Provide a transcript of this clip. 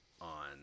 on